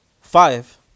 Five